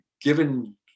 given